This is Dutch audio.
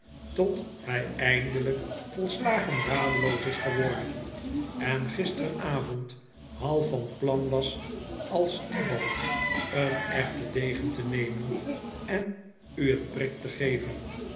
tot hij eindelijk volslagen radeloos is geworden en gisterenavond half van plan was als tybald een echten degen te nemen en u een prik te geven